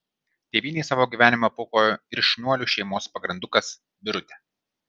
tėvynei savo gyvenimą paaukojo ir šniuolių šeimos pagrandukas birutė